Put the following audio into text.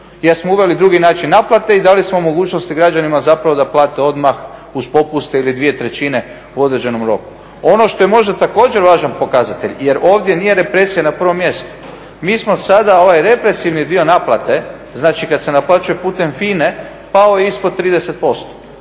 jer smo uveli drugi način naplate i dali smo mogućnost građanima zapravo da plate odmah uz popuste ili dvije trećine u određenom roku. Ono što je možda također važan pokazatelj, jer ovdje nije represija na prvom mjestu. Mi smo sada ovaj represivni dio naplate, znači kad se naplaćuje putem FINA-e pao ispod 30%.